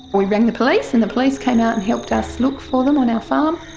we rang the police and the police came out and helped us look for them on our farm.